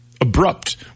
Abrupt